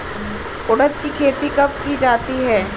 उड़द की खेती कब की जाती है?